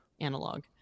analog